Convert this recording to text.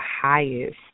highest